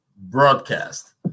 broadcast